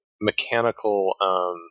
mechanical